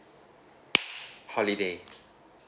holiday